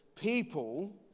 people